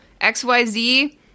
xyz